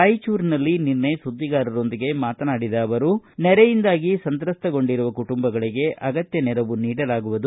ರಾಯಚೂರಿನಲ್ಲಿ ನಿನ್ನೆ ಸುಧ್ದಿಗಾರರೊಂದಿಗೆ ಮಾತನಾಡಿದ ಅವರು ನೆರೆಯಿಂದಾಗಿ ಸಂತ್ರಸ್ತಗೊಂಡಿರುವ ಕುಟುಂಬಗಳಿಗೆ ಅಗತ್ತ ನೆರವು ನೀಡಲಾಗುವುದು